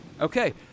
Okay